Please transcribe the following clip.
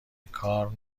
کار